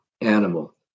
animal